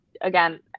again